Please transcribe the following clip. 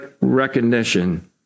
recognition